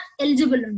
eligible